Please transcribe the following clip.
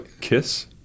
Kiss